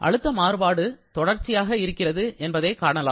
அழுத்த மாறுபாடு தொடர்ச்சியாக இருக்கிறது என்பதை காணலாம்